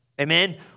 Amen